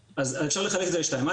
אפשר לחלק את זה לשניים.